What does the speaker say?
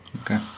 Okay